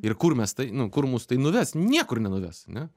ir kur mes tai nu kur mus tai nuves niekur nenuves ane